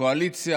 קואליציה,